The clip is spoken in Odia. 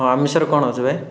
ହଁ ଆମିଷରେ କ'ଣ ଅଛି ଭାଇ